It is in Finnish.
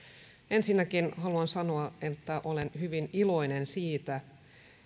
ensinnäkin haluan sanoa että olen hyvin iloinen siitä